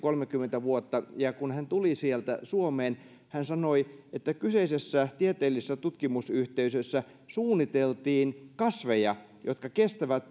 kolmekymmentä vuotta ja kun hän tuli sieltä suomeen niin hän sanoi että kyseisessä tieteellisessä tutkimusyhteisössä suunniteltiin kasveja jotka kestävät